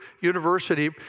university